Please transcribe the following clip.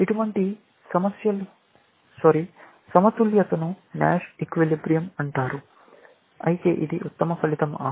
ఇటువంటి సమతుల్యతను Nash equilibrium అంటారు అయితే ఇది ఉత్తమ ఫలితం ఆ